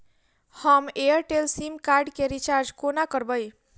हम Airtel sim card केँ recharge कोना करबै?